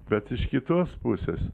bet iš kitos pusės